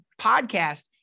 podcast